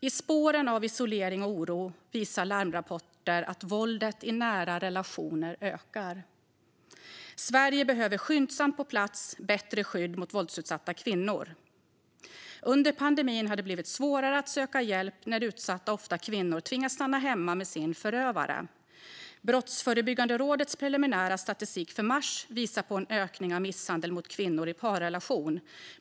I spåren av isolering och oro visar larmrapporter att våldet i nära relationer ökar. Sverige behöver skyndsamt få på plats bättre skydd för våldsutsatta kvinnor. Under pandemin har det blivit svårare att söka hjälp när utsatta, ofta kvinnor, tvingas stanna hemma med sin förövare. Brottsförebyggande rådets preliminära statistik för mars visar på en ökning av misshandel av kvinnor i parrelation.